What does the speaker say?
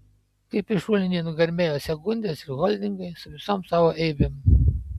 kaip į šulinį nugarmėjo sekundės ir holdingai su visom savo eibėm